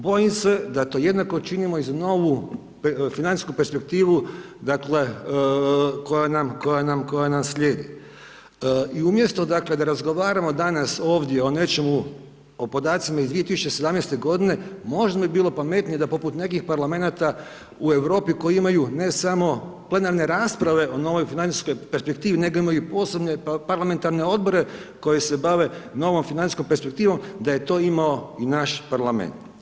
Bojim se da to jednako činimo i za ovu financijsku perspektivu, dakle koja nam slijedi i umjesto dakle da razgovaramo danas ovdje o nečemu, o podacima iz 2017. g., možda bi bilo pametnije da poput nekih parlamenata u Europi koji imaju ne samo plenarne rasprave o novoj financijskoj perspektivi nego imaju posebne parlamentarne odbore koji se bave novom financijskom perspektivom, da je to imao i naš parlament.